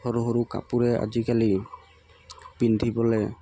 সৰু সৰু কাপোৰে আজিকালি পিন্ধিবলৈ